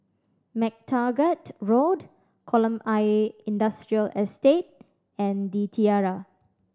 MacTaggart Road Kolam Ayer Industrial Estate and The Tiara